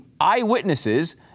eyewitnesses